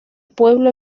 pueblo